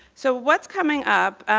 so what's coming up?